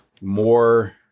more